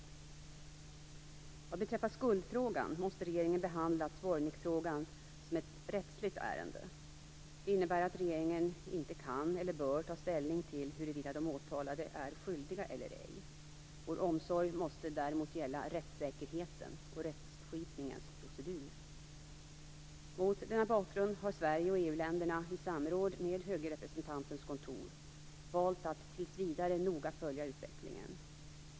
Vad beträffar skuldfrågan måste regeringen behandla Zvornikfrågan som ett rättsligt ärende. Det innebär att regeringen inte kan eller bör ta ställning till huruvida de åtalade är skyldiga eller ej. Vår omsorg måste däremot gälla rättssäkerheten och rättskipningens procedur. Mot denna bakgrund har Sverige och EU-länderna i samråd med den höge representantens kontor valt att tills vidare noga följa utvecklingen.